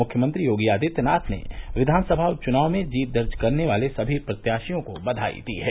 मुख्यमंत्री योगी आदित्यनाथ ने क्विानसभा उपचुनाव में जीत दर्ज करने वाले सभी प्रत्याशियों को बधाई दी है